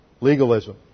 legalism